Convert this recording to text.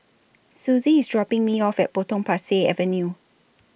Susie IS dropping Me off At Potong Pasir Avenue